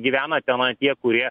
gyvena tenai tie kurie